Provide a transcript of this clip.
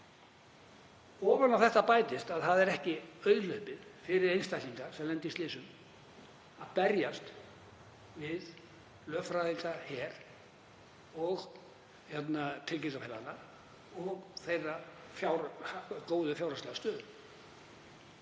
Ofan á þetta bætist að það er ekki auðhlaupið fyrir einstaklinga sem lenda í slysum að berjast við lögfræðingaher tryggingafélaganna og þeirra góðu fjárhagslegu stöðu.